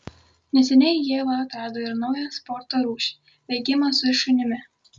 neseniai ieva atrado ir naują sporto rūšį bėgimą su šunimi